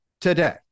today